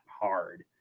hard